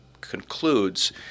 concludes